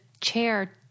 chair